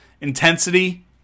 intensity